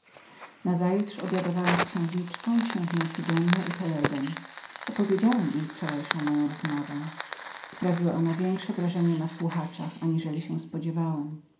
swoje zdolności nazajutrz obiadowałem z księżniczką księżną sidonia i toledem opowiedziałem im wczorajszą moją rozmowę sprawiła ona większe wrażenie na słuchaczach aniżeli się spodziewałem